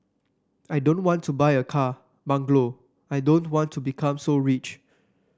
I don't want to buy a car bungalow I don't want to become so rich